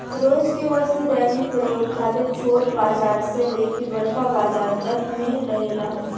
रोज के वस्तु दैनिक प्रयोग खातिर छोट बाजार से लेके बड़का बाजार तक में रहेला